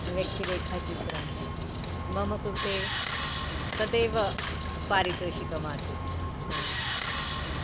व्यक्तिरेखाचित्रं मम कृते तदेव पारितोषिकमासीत्